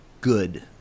good